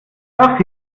darf